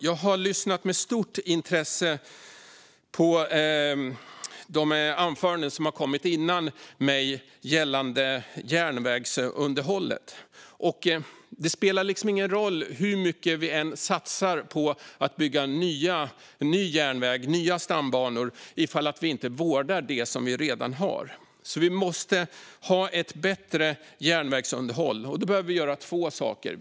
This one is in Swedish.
Jag har lyssnat med stort intresse på anförandena före mitt gällande järnvägsunderhållet. Det spelar liksom ingen roll hur mycket vi än satsar på att bygga ny järnväg och nya stambanor om vi inte vårdar dem som vi redan har. Då måste vi ha ett bättre järnvägsunderhåll och behöver då göra två saker.